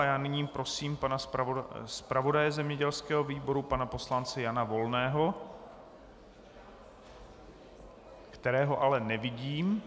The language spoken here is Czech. Já nyní prosím zpravodaje zemědělského výboru pana poslance Jana Volného kterého ale nevidím.